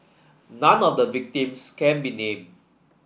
none of the victims can be named